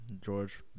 George